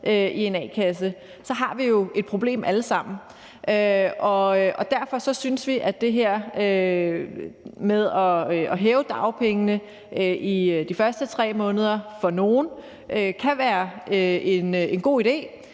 i en a-kasse, så har vi jo et problem alle sammen. Og derfor synes vi, at det her med at hæve dagpengene i de første 3 måneder for nogle kan være en god idé,